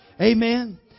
Amen